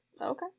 Okay